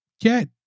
get